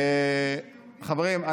חברים,